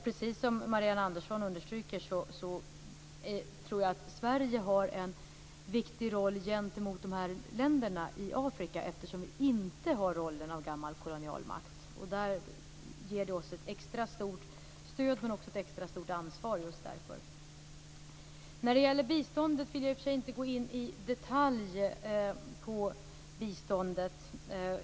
Precis som Marianne Andersson understryker tror jag att Sverige har en viktig roll gentemot de här länderna i Afrika eftersom landet inte har rollen av gammal kolonialmakt. Det ger Sverige ett extra stort stöd, men också ett extra stort ansvar. Jag vill inte gå in i detalj på biståndet.